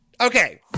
Okay